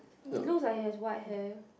he looks like he has white hair